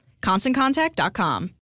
ConstantContact.com